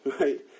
right